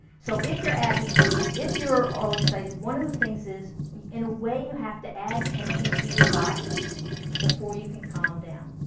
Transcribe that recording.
so if you're agitated, if you're all excited one of the things is, in a way, you have to add tension to your body before you can calm down